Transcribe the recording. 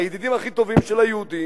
הידידים הכי טובים של היהודים,